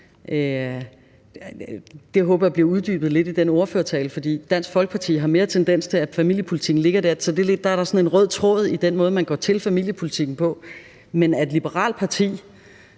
Det håber jeg bliver uddybet lidt i ordførertalen. Dansk Folkeparti har mere tendens til, at familiepolitikken ligger der. Der er der sådan en rød tråd i den måde, man går til familiepolitikken på. Men at et liberalt parti